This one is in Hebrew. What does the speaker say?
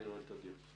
אני נועל את הדיון.